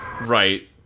Right